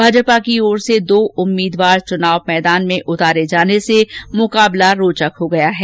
भाजपा की ओर से दो उम्मीदवार चुनाव मैदान में उतारे जाने से मुकाबला रोचक हो गया है